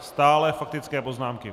Stále faktické poznámky.